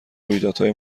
رویدادهای